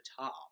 top